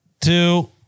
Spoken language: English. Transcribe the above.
two